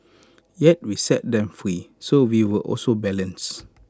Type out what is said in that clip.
yet we set them free so we were also balance